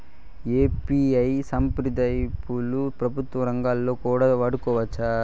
UPI సంప్రదింపులు ప్రభుత్వ రంగంలో కూడా వాడుకోవచ్చా?